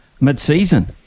Mid-season